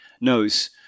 knows